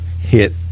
hit